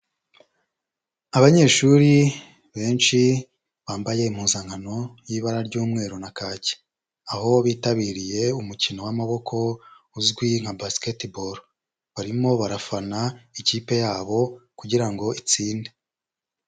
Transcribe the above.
Abanyeshuri benshi bambaye impuzankano y'ibara ry'umweru na kake, aho bitabiriye umukino w'amaboko uzwi nka Basketball, barimo barafana ikipe yabo kugira ngo itsinde.